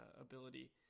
ability